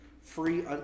free